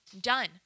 done